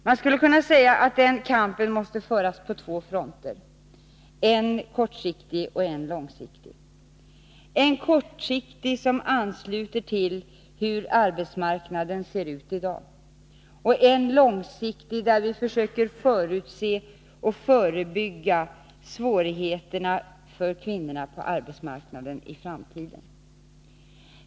Man skulle kunna säga att den kampen måste föras på två fronter, en kortsiktig och en långsiktig — en kortsiktig som ansluter till hur arbetsmarknaden ser ut i dag och en långsiktig där vi försöker förutse och förebygga svårigheterna för kvinnorna på arbetsmarknaden i framtiden.